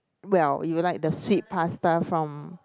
well you'll like the sweet pasta from